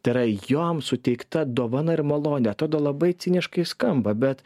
tai yra jom suteikta dovana ir malonė atrodo labai ciniškai skamba bet